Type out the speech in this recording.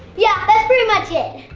yeah, that's pretty much it!